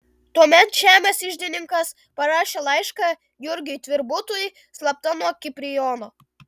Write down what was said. tuomet žemės iždininkas parašė laišką jurgiui tvirbutui slapta nuo kiprijono